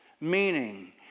meaning